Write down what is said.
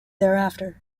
thereafter